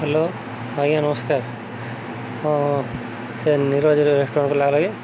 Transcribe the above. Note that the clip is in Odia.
ହ୍ୟାଲୋ ଆଜ୍ଞା ନମସ୍କାର ହଁ ସେ ନିରଜ ରେଷ୍ଟୁରାଣ୍ଟକୁ ଲାଗଲା କେ